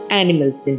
animals